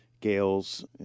Gales